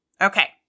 Okay